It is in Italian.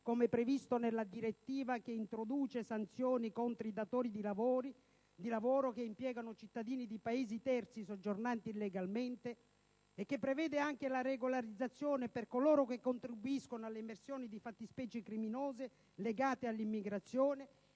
come previsto nella direttiva che introduce sanzioni contro i datori di lavoro che impiegano cittadini di Paesi terzi soggiornanti illegalmente e che prevede anche la regolarizzazione per coloro che contribuiscono all'emersione di fattispecie criminose legate all'immigrazione.